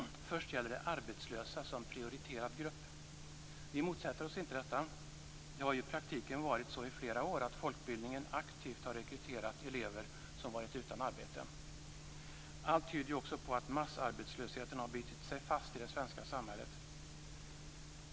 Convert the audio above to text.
Först gäller det arbetslösa som prioriterad grupp. Vi motsätter oss inte detta. Folkbildningen har ju i praktiken i flera år aktivt rekryterat elever som varit utan arbete. Allt tyder ju också på att massarbetslösheten har bitit sig fast i det svenska samhället.